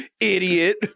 idiot